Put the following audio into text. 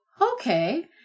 okay